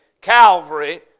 Calvary